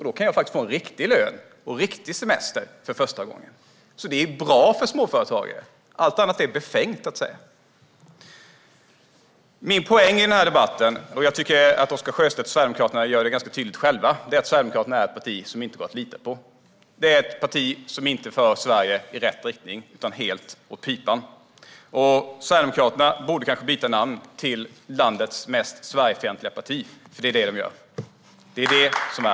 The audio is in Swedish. Då kan jag faktiskt få en riktig lön och riktig semester för första gången. Det är alltså bra för småföretagare. Allt annat är befängt att säga. Min poäng i den här debatten - och jag tycker att Oscar Sjöstedt och Sverigedemokraterna visar det ganska tydligt själva - är att Sverigedemokraterna är ett parti som det inte går att lita på. Det är ett parti som inte för Sverige i rätt riktning utan helt åt pipan. Sverigedemokraterna borde kanske byta namn till Landets mest Sverigefientliga parti, för det är vad det är.